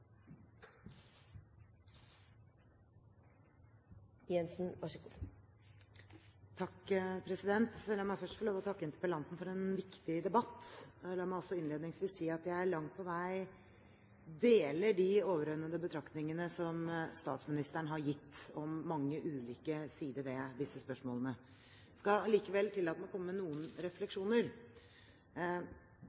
La meg først få lov å takke interpellanten for en viktig debatt. La meg også innledningsvis si at jeg langt på vei deler de overordnede betraktningene som statsministeren har gitt, om mange ulike sider ved disse spørsmålene. Jeg skal allikevel tillate meg å komme med noen